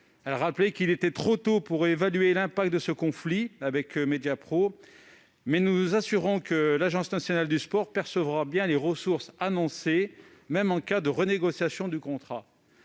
Elle a rappelé qu'il était trop tôt pour évaluer les conséquences du conflit avec Mediapro, mais nous a assurés que l'Agence nationale du sport percevrait bien les ressources annoncées, même en cas de renégociation du contrat.